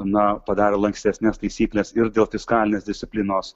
na padarė lankstesnes taisykles ir dėl fiskalinės disciplinos